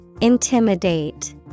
Intimidate